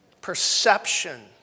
perception